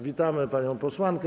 Witamy panią posłankę.